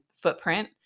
footprint